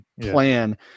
plan